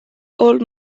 old